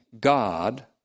God